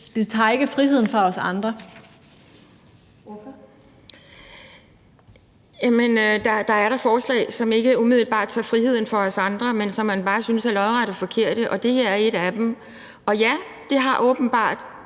Pia Kjærsgaard (DF): Jamen der er da forslag, som ikke umiddelbart tager friheden fra os andre, men som man bare synes er lodret forkerte, og det her er et af dem. Og ja, det har åbenbart